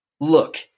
Look